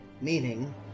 meaning